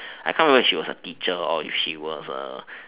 I can't remember she was a teacher or if she was